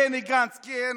בני גנץ, כן,